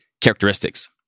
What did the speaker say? characteristics